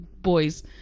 boys